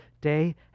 day